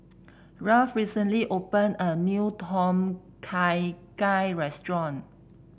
Ralph recently opened a new Tom Kha Gai restaurant